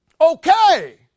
okay